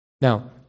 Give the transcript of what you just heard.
Now